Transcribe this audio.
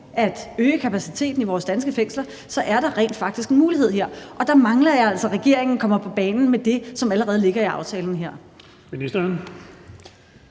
at øge kapaciteten i vores danske fængsler er der rent faktisk en mulighed her, og der mangler jeg altså, at regeringen kommer på banen med det, som allerede ligger i aftalen her. Kl.